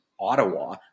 Ottawa